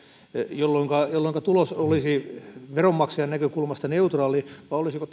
jolloinka jolloinka tulos olisi veronmaksajan näkökulmasta neutraali vai olisiko